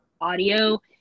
audio